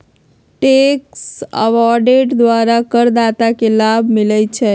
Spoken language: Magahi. टैक्स अवॉइडेंस द्वारा करदाता के लाभ मिलइ छै